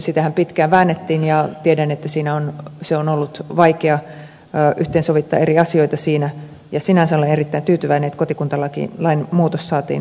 sitähän pitkään väännettiin ja tiedän että on ollut vaikea yhteensovittaa eri asioita siinä ja sinänsä olen erittäin tyytyväinen että kotikuntalain muutos saatiin aikaiseksi